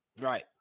Right